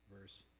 Verse